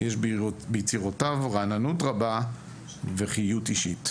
יש ביצירותיו רעננות רבה וחיות אישית."